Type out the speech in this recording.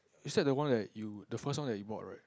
you said the one that you the first one that you bought right